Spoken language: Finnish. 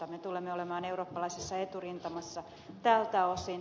me tulemme olemaan eurooppalaisessa eturintamassa tältä osin